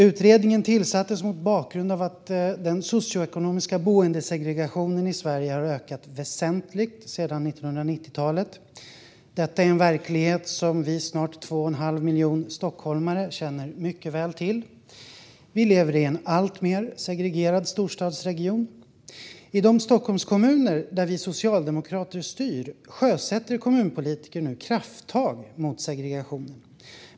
Utredningen tillsattes mot bakgrund av att den socioekonomiska boendesegregationen i Sverige har ökat väsentligt sedan 1990-talet. Detta är en verklighet som vi snart 2 1⁄2 miljoner stockholmare känner mycket väl till. Vi lever i en alltmer segregerad storstadsregion. I de Stockholmskommuner där vi socialdemokrater styr sjösätter kommunpolitiker nu krafttag mot segregationen.